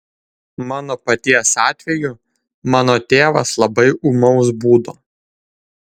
mano paties atveju mano tėvas labai ūmaus būdo